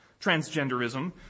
transgenderism